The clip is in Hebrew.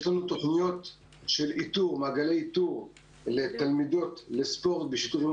יש לנו תוכניות של מעגלי איתור לתלמידות לספורט בשיתוף עם